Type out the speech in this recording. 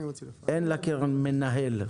אין לקרן מנהל?